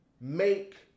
Make